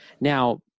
Now